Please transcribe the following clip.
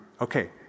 Okay